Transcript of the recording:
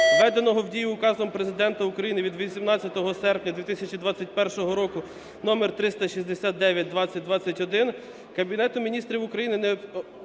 введеного в дію Указом Президента України від 18 серпня 2021 року (номер 369/2021), Кабінету Міністрів України необхідно опрацювати